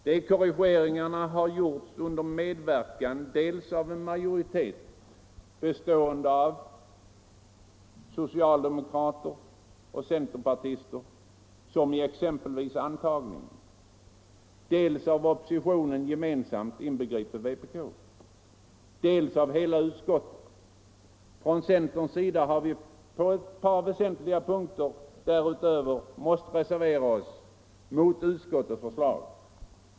De korrigeringarna har gjorts under medverkan dels av en majoritet bestående av socialdemokrater och centerpartister — t.ex. beträffande antagningen — dels av oppositionen gemensamt inbegripet vpk och dels av hela utskottet. Från centerns sida har vi på ett par väsentliga punkter måst reservera oss mot utskottets förslag.